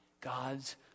God's